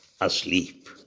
asleep